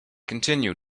continue